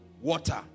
water